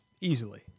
easily